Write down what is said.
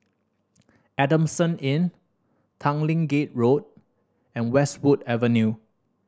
Adamson Inn Tanglin Gate Road and Westwood Avenue